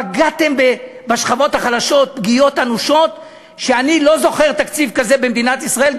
פגעתם בשכבות החלשות פגיעות אנושות שאני לא זוכר בתקציב של מדינת ישראל,